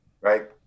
Right